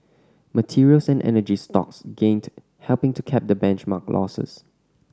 materials and energy stocks gained helping to cap the benchmark losses